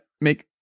make